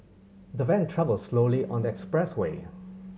the van travelled slowly on the expressway